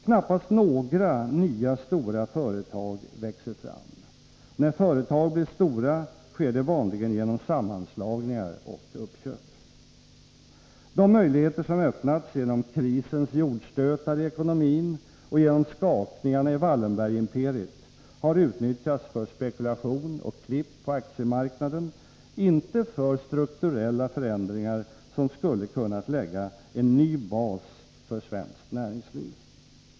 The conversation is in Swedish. Knappast några nya stora företag växer fram; när företag blir stora sker det vanligen genom sammanslagningar och uppköp. De möjligheter som öppnats genom krisens jordstötar i ekonomin och genom skakningarna i Wallenbergimperiet har utnyttjats för spekulation och klipp på aktiemarknaden, inte för strukturella förändringar som skulle kunnat lägga en ny bas för svenskt näringsliv.